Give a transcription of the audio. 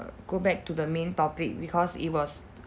go back to the main topic because it was